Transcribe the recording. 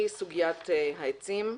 סוגיית העצים.